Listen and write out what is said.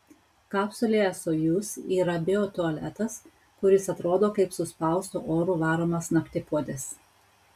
kapsulėje sojuz yra biotualetas kuris atrodo kaip suspaustu oru varomas naktipuodis